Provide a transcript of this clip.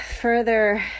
further